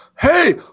Hey